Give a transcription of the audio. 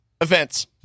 Events